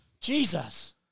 Jesus